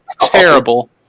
terrible